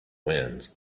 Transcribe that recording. winds